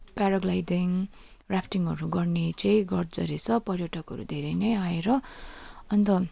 paragliding राफटिङहरू गर्ने चाहिँ गर्छ रहेछ पर्यटकहरू धेरै नै आएर अन्त